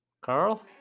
Carl